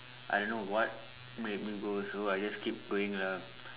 I don't know what made me go also I just keep going lah